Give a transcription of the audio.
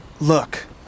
Look